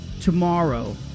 tomorrow